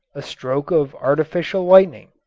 a stroke of artificial lightning.